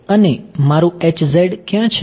અને મારું ક્યાં છે